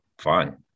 fine